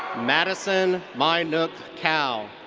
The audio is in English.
madison my-nogoc cao.